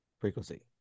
frequency